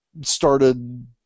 started